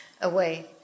away